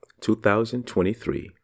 2023